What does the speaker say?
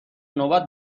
نوبت